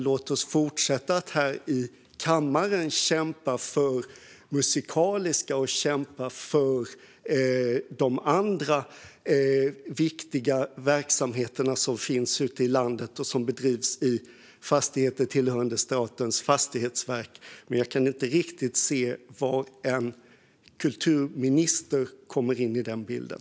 Låt oss fortsätta att här i kammaren kämpa för Musikaliska och för de andra viktiga verksamheter som finns ute i landet och som bedrivs i fastigheter tillhörande Statens fastighetsverk! Men jag kan inte riktigt se var en kulturminister kommer in i den bilden.